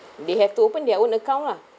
they have to open their own account lah